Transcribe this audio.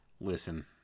listen